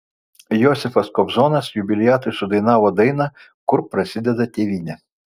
josifas kobzonas jubiliatui sudainavo dainą kur prasideda tėvynė